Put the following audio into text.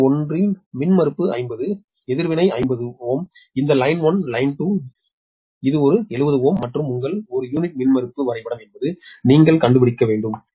line 1 மின்மறுப்பு 50 எதிர்வினை 50Ω இந்த லைன் 1 லைன் 2 இது ஒரு 70 Ω மற்றும் உங்கள் ஒரு யூனிட் மின்மறுப்பு வரைபடம் என்பதை நீங்கள் கண்டுபிடிக்க வேண்டும்